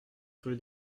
rue